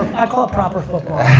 i call it proper football,